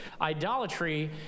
Idolatry